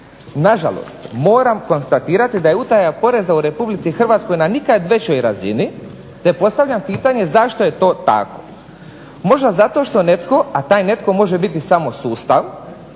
Na žalost, moram konstatirati da je utaja poreza u Republici Hrvatskoj na nikad većoj razini, te postavljam pitanje zašto je to tako. Možda zato što netko, a taj netko može biti samo sustav